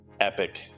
Epic